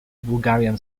bulgarian